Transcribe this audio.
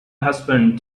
husband